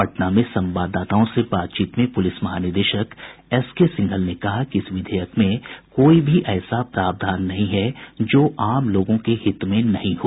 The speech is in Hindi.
पटना में संवाददाताओं से बातचीत में प्रलिस महानिदेशक एसके सिंघल ने कहा कि इस विधेयक में कोई भी ऐसा प्रावधान नहीं है जो आम लोगों के हित में नहीं हो